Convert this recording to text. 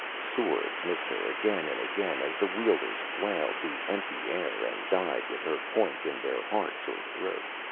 swords missed her again and again as the wielders flailed the empty air and died with her point in their hearts or throats,